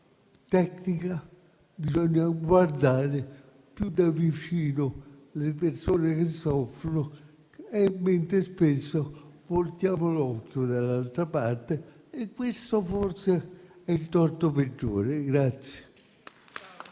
tecnica, bisogna guardare più da vicino le persone che soffrono. Spesso voltiamo l'occhio dall'altra parte e questo, forse, è il torto peggiore.